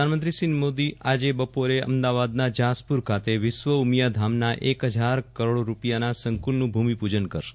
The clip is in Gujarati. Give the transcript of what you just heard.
પ્રધાનમંત્રી શ્રી મોદી આજે બપોરે અમદાવાદના જાસપુર ખાતે વિશ્વ ઉમિયાધામના એક હજાર કરોડ રૂપિયાના સંકુલનું ભૂમિપૂજન કરશે